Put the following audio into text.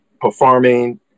performing